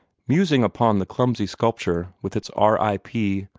musing upon the clumsy sculpture, with its r i p,